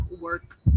work